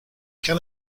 can